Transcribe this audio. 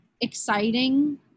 exciting